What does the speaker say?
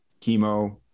chemo